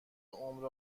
عمر